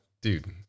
dude